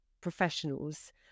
professionals